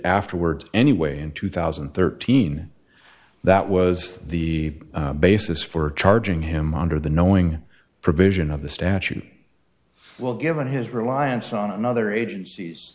afterwards anyway in two thousand and thirteen that was the basis for charging him under the knowing provision of the statute well given his reliance on another agenc